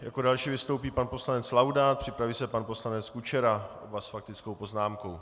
Jako další vystoupí pan poslanec Laudát, připraví se pan poslanec Kučera, oba s faktickou poznámkou.